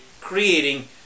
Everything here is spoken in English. creating